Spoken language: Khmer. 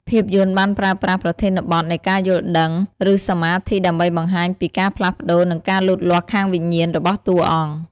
ភាពយន្តបានប្រើប្រាស់ប្រធានបទនៃការយល់ដឹង ឬសម្មាធិ ដើម្បីបង្ហាញពីការផ្លាស់ប្តូរ និងការលូតលាស់ខាងវិញ្ញាណរបស់តួអង្គ។